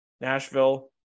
Nashville